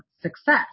success